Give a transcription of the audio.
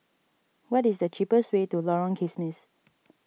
what is the cheapest way to Lorong Kismis